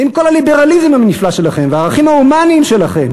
עם כל הליברליזם הנפלא שלכם והערכים ההומניים שלכם,